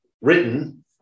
written